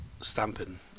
stamping